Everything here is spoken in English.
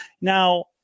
Now